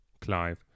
Clive